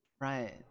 Right